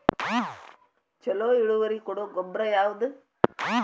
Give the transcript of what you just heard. ಛಲೋ ಇಳುವರಿ ಕೊಡೊ ಗೊಬ್ಬರ ಯಾವ್ದ್?